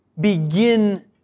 begin